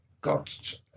got